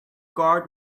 guard